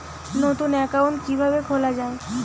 নতুন একাউন্ট কিভাবে খোলা য়ায়?